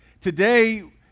Today